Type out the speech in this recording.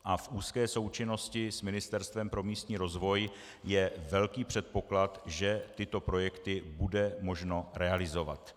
A v úzké součinnosti s Ministerstvem pro místní rozvoj je velký předpoklad, že tyto projekty bude možno realizovat.